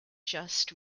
just